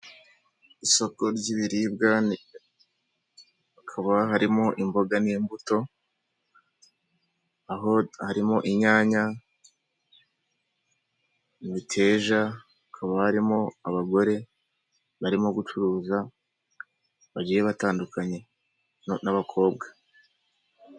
Isoko ry'ibiribwa hakaba harimo imboga n'imbuto aho harimo inyanya, miteja hakaba harimo abagore barimo gucuruza bagiye batandukanye n'abakobwa.